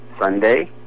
Sunday